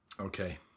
Okay